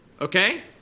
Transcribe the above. Okay